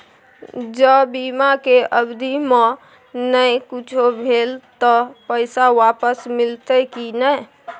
ज बीमा के अवधि म नय कुछो भेल त पैसा वापस मिलते की नय?